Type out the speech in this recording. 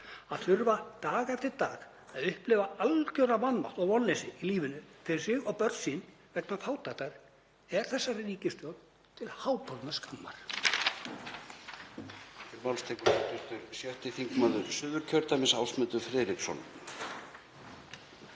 þurfi dag eftir dag að upplifa algjöran vanmátt og vonleysi í lífinu fyrir sig og börn sín vegna fátæktar er þessari ríkisstjórn til háborinnar skammar.